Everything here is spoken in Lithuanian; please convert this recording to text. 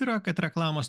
yra kad reklamos